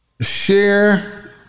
share